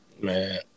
Man